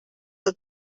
del